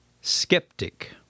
Skeptic